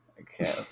Okay